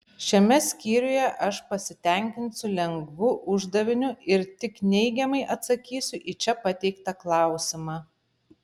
šiame skyriuje aš pasitenkinsiu lengvu uždaviniu ir tik neigiamai atsakysiu į čia pateiktą klausimą